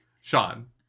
Sean